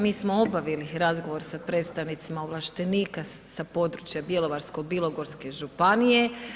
Mi smo obavili razgovor sa predstavnicima ovlaštenika sa područja Bjelovarsko-bilogorske županije.